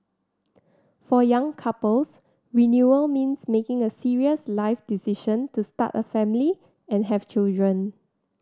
for young couples renewal means making a serious life decision to start a family and have children